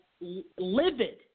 livid